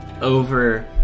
over